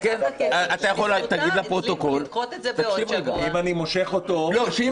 תגיד לפרוטוקול ------- שאם